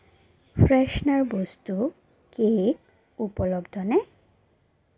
freshener বস্তু cake উপলব্ধনে